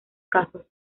casos